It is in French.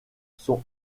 sont